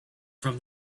from